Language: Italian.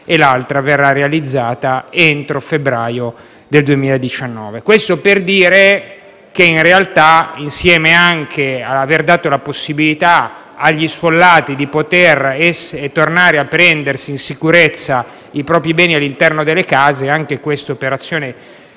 e il resto verrà realizzato entro febbraio del 2019. Questo per dire che in realtà, oltre ad aver dato la possibilità agli sfollati di poter tornare, in sicurezza, a prendere i propri beni all’interno delle case, anche per questa operazione,